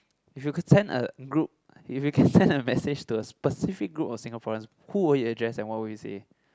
if you could send a group if you can send a message to a specific group of Singaporeans who will you address and what you will say